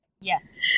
Yes